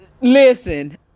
Listen